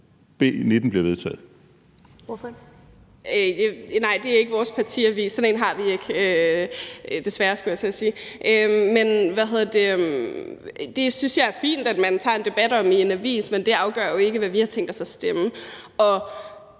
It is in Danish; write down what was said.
Astrid Carøe (SF): Nej, det er ikke vores partiavis. Sådan en har vi ikke – desværre, skulle jeg til at sige. Det synes jeg er fint at man tager en debat om i en avis, men det afgør jo ikke, hvad vi har tænkt os at stemme.